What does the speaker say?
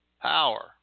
Power